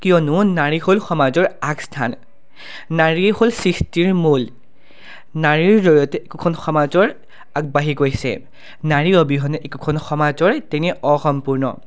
কিয়নো নাৰী হ'ল সমাজৰ আগস্থান নাৰীয়ে হ'ল সৃষ্টিৰ মূল নাৰীৰ জৰিয়তে একোখন সমাজৰ আগবাঢ়ি গৈছে নাৰীৰ অবিহনে একোখন সমাজ তেনেই অসম্পূৰ্ণ